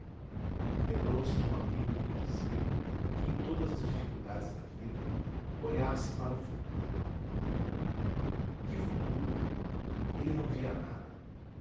lembrou-se de um amigo que lhe dizia que em todas as dificuldades da vida olhasse para o futuro que futuro ele não via nada